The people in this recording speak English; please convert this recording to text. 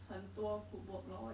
很多 group work lor